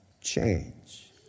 change